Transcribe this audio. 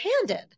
handed